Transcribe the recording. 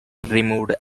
removed